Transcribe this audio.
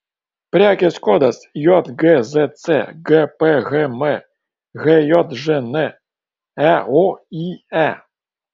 prekės kodas jgzc gphm hjžn eoye